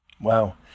Wow